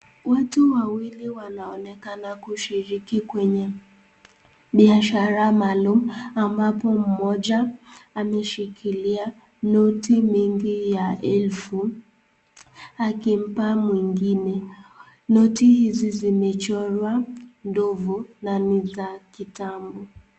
Watu wawaili wanaonekana kushiriki kwenye biashara maalum ,ambapo mmoja ameshikilia noti mingi ya elfu akimpa mwengine. Noti hizi zimechorwa ndovu na ni za kitambo.